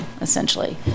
essentially